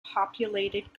populated